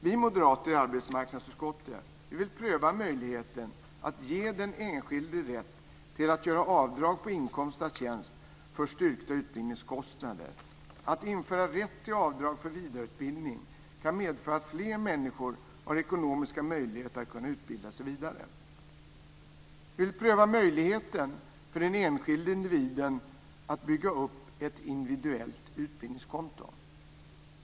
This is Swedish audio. Vi moderater i arbetsmarknadsutskottet vill pröva möjligheten att ge den enskilde rätt att göra avdrag på inkomst av tjänst för styrkta utbildningskostnader. Att införa rätt till avdrag för vidareutbildning kan medföra att fler människor har ekonomiska möjligheter att kunna utbilda sig vidare. Vi vill pröva möjligheten för den enskilde individen att bygga upp ett individuellt utbildningskonto.